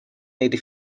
eighty